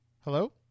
Hello